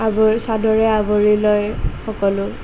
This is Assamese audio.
আৱৰি চাদৰে আৱৰি লয় সকলো